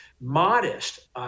modest